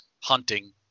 hunting